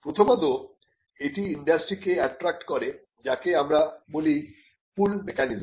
প্রথমত এটা ইন্ডাস্ট্রিকে এট্রাক্ট করে যাকে আমরা বলি পুল মেকানিজম